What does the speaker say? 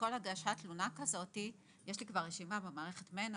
שכל הגשת תלונה כזאת יש לי כבר רשימה במערכת מנע,